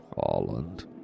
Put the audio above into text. Holland